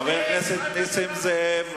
חבר הכנסת נסים זאב,